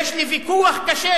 יש לי ויכוח קשה,